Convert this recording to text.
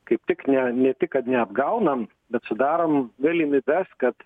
kaip tik ne ne tik kad neapgaunam bet sudarom galimybes kad